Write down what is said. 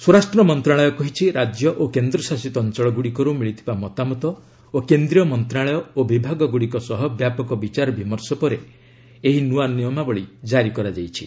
ସ୍ୱରାଷ୍ଟ୍ର ମନ୍ତ୍ରଣାଳୟ କହିଛି ରାଜ୍ୟ ଓ କେନ୍ଦ୍ରଶାସିତ ଅଞ୍ଚଳଗୁଡ଼ିକରୁ ମିଳିଥିବା ମତାମତ ଓ କେନ୍ଦ୍ରୀୟ ମନ୍ତ୍ରଣାଳୟ ଓ ବିଭାଗଗୁଡ଼ିକ ସହ ବ୍ୟାପକ ବିଚାରବିମର୍ଶ ପରେ ଏହି ନୂଆ ନିୟମାବଳୀ ଜାରି କରାଯାଇଛି